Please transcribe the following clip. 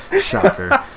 Shocker